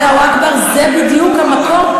אללהו אכבר, זה בדיוק המקום.